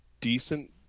decent